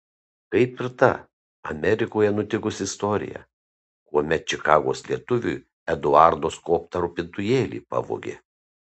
kaip ir ta amerikoje nutikusi istorija kuomet čikagos lietuviui eduardo skobtą rūpintojėlį pavogė